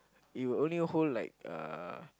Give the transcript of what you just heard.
it will only hold like uh